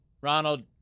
Ronald